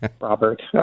Robert